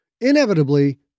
inevitably